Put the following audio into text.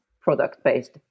product-based